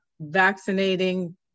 vaccinating